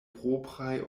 propraj